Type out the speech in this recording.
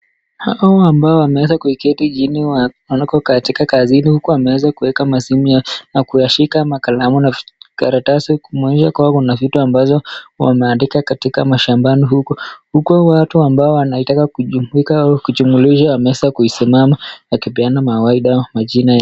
Hawa ambao wameweza kuiketi chini katika kazi hili huku wameweza kuweka masimu yao na kuyashika makalamu na vijikaratasi kumaanisha kwamba kuna vitu ambazo wanaandika katika mashambani huku watu ambao wanaitaka kujumulika au kujumulisha wameweza kusimama wakipeana mawaidha majina